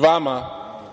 vama i svim